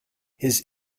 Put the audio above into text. his